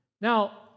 Now